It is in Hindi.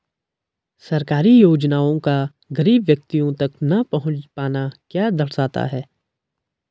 सरकारी योजनाओं का गरीब व्यक्तियों तक न पहुँच पाना क्या दर्शाता है?